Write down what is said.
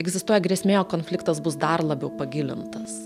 egzistuoja grėsmė jog konfliktas bus dar labiau pagilintas